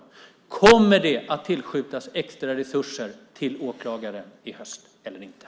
Därför vill jag fråga: Kommer det att tillskjutas extra resurser till åklagare i höst eller inte?